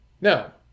Now